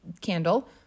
candle